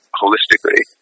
holistically